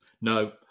No